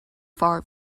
far